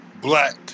Black